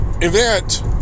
event